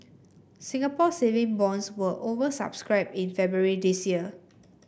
Singapore Saving Bonds were over subscribed in February this year